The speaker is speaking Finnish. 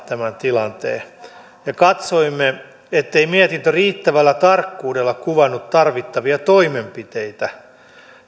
tämän tilanteen todella korjata katsoimme ettei mietintö riittävällä tarkkuudella kuvannut tarvittavia toimenpiteitä